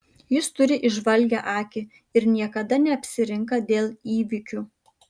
jis turi įžvalgią akį ir niekada neapsirinka dėl įvykių